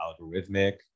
algorithmic